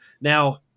Now